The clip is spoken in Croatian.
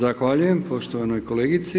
Zahvaljujem poštovanoj kolegici.